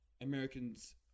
Americans